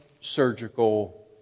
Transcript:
surgical